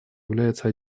является